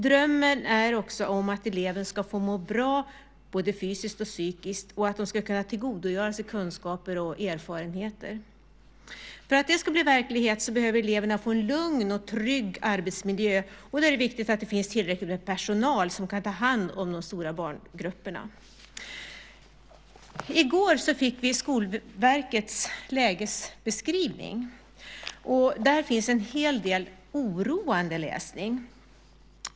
Drömmen handlar också om att eleven ska må bra både fysiskt och psykiskt för att kunna tillgodogöra sig kunskaper och erfarenheter. För att det ska bli verklighet behöver eleverna få en lugn och trygg arbetsmiljö. Det är då viktigt att det finns tillräckligt med personal som kan ta hand om de stora barngrupperna. I går fick vi Skolverkets lägesbeskrivning. Där finns en hel del oroande läsning.